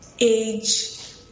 age